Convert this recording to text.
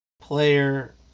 player